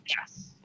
Yes